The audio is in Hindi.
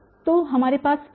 तो हमारे पास क्या है